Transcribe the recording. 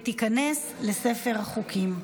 ותיכנס לספר החוקים.